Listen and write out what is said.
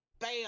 bam